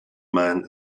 man